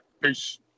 Peace